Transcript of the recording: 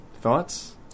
Thoughts